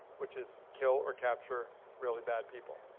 which is kill or capture really bad people.